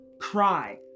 cry